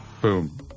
Boom